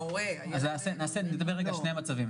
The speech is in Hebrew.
אז נדבר על שני המצבים.